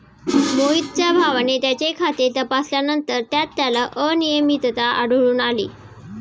मोहितच्या भावाने त्याचे खाते तपासल्यानंतर त्यात त्याला अनियमितता आढळून आली